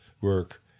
work